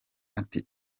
ati